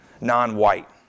non-white